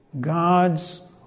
God's